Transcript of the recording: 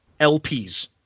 LPs